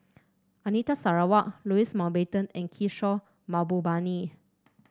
Anita Sarawak Louis Mountbatten and Kishore Mahbubani